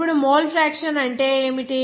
ఇప్పుడు mole fraction అంటే ఏమిటి